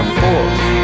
force